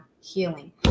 healing